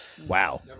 Wow